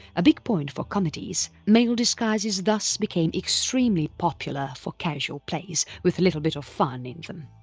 a big point for comedies, male disguises thus became extremely popular for casual plays with a little bit of fun in them.